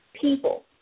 people